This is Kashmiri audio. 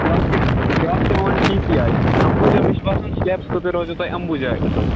بیٛاکھ چھِ بیٛاکھ چھُ یِوان ٹی سی آئی امبوٗجا مےٚ چھِ باسان سِلیبس خٲطرٕ روزیو تۄہہِ اَمبوٗجاے اَصٕل